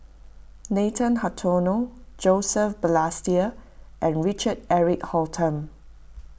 Nathan Hartono Joseph Balestier and Richard Eric Holttum